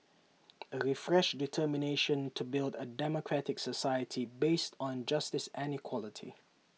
A refreshed determination to build A democratic society based on justice and equality